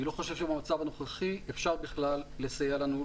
לא חושב שבמצב הנוכחי אפשר בכלל לסייע לנו,